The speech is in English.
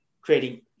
creating